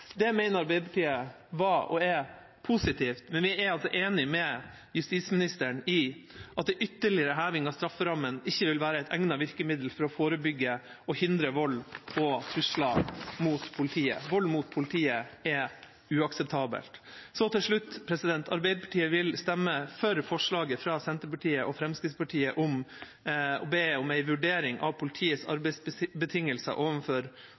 Det mener Arbeiderpartiet var – og er – positivt, men vi er enig med justisministeren i at en ytterligere heving av strafferammen ikke vil være et egnet virkemiddel for å forebygge og hindre vold og trusler mot politiet. Vold mot politiet er uakseptabelt. Til slutt: Arbeiderpartiet vil stemme for forslaget fra Senterpartiet og Fremskrittspartiet om å be om en vurdering av politiets